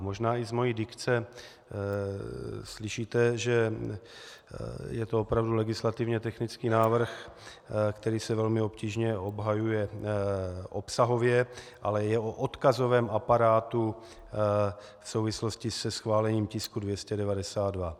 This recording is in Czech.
Možná i z mojí dikce slyšíte, že je to opravdu legislativně technický návrh, který se velmi obtížně obhajuje obsahově, ale je o odkazovém aparátu v souvislosti se schválením tisku 292.